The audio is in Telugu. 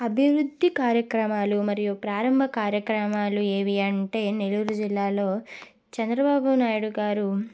అభివృద్ధి కార్యక్రమాలు మరియు ప్రారంభ కార్యక్రమాలు ఏవి అంటే నెల్లూరు జిల్లాలో చంద్రబాబు నాయుడు గారు